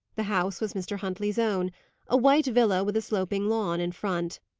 the house was mr. huntley's own a white villa with a sloping lawn in front.